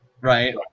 Right